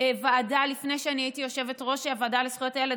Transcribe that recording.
ועדה לפני שאני הייתי יושבת-ראש הוועדה לזכויות הילד,